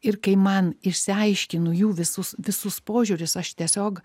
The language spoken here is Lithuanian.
ir kai man išsiaiškinu jų visus visus požiūris aš tiesiog